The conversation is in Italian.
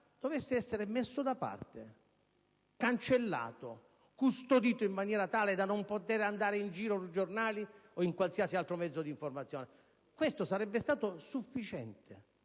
- venisse messo da parte, cancellato o custodito in modo tale da non poter circolare sui giornali o su qualsiasi altro mezzo di informazione. Questo sarebbe stato sufficiente;